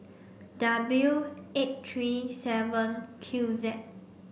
W eight three seven Q Z